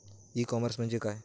E commerce म्हणजे काय?